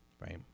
right